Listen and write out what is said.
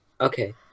Okay